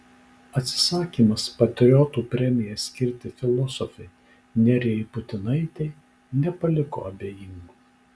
atsisakymas patriotų premiją skirti filosofei nerijai putinaitei nepaliko abejingų